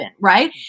right